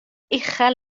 uchel